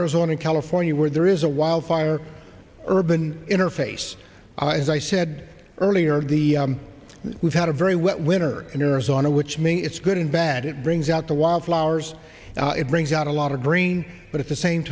arizona california where there is a wildfire urban interface as i said earlier the we've had a very wet winter in arizona which means it's good and bad it brings out the wildflowers and it brings out a lot of rain but at the same